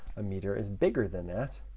a meter is bigger than that.